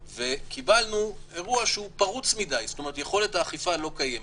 עוד לא שמעת אותי מתייחס לדברים ואתה כבר מחליט.